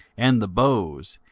and the bows,